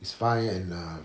he's fine and um